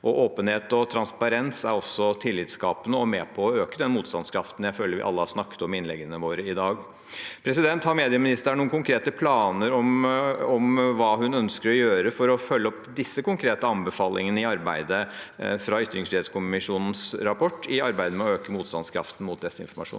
Åpenhet og transparens er også tillitskapende og med på å øke den motstandskraften jeg føler vi alle har snakket om i innleggene våre i dag. Har medieministeren noen konkrete planer om hva hun ønsker å gjøre for å følge opp disse konkrete anbefalingene i arbeidet fra ytringsfrihetskommisjonens rapport i arbeidet med å øke motstandskraften mot desinformasjon?